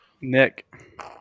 Nick